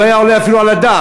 לא היה עולה אפילו על הדעת,